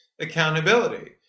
accountability